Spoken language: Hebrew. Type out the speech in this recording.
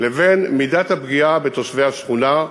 לבין מידת הפגיעה בתושבי השכונה,